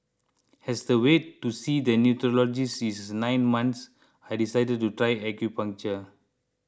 as the wait to see the neurologist is nine months I decided to try acupuncture